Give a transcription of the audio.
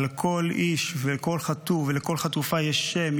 אבל לכל איש ולכל חטוף ולכל חטופה יש שם,